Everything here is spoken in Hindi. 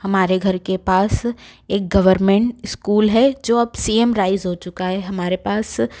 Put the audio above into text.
हमारे घर के पास एक गवर्मेंट स्कूल है जो अब सी एम राइज़ हो चुका है हमारे पास